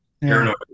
Paranoid